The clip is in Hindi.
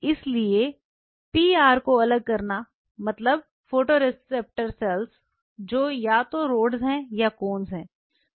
इसलिए पीआर को अलग करना का मतलब है फोटोरिसेप्टर सेल जो या तो रोडस हैं या कोन्स है